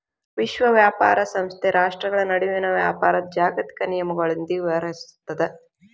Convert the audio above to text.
ವಿಶ್ವ ವ್ಯಾಪಾರ ಸಂಸ್ಥೆ ರಾಷ್ಟ್ರ್ಗಳ ನಡುವಿನ ವ್ಯಾಪಾರದ್ ಜಾಗತಿಕ ನಿಯಮಗಳೊಂದಿಗ ವ್ಯವಹರಿಸುತ್ತದ